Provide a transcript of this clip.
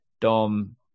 Dom